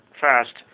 FAST